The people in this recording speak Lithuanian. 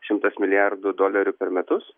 šimtas milijardų dolerių per metus